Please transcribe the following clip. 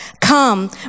come